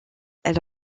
elle